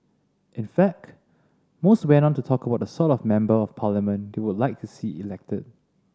in fact most went on to talk about the sort of Member of Parliament they would like to see elected